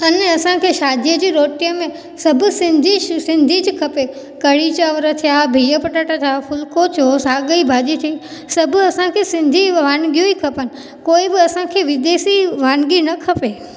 अने असां खे शादीअ जी रोटीअ में सभु सिंधी जी सिंधी जि खपे कढ़ी चांवर थिया बिह पटाटा थिया फुल्को थियो साॻ जी भाॼी थी सभु असां खे सिंधी वानगियूं ई खपनि कोई बि असां खे विदेशी वानिगी न खपे